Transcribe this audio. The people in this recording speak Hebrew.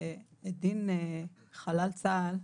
שדין חלל צה"ל,